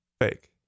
fake